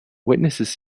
witnesses